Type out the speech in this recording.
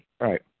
Right